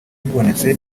bibonetse